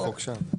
זה החוק שם.